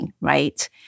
right